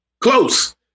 Close